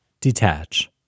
Detach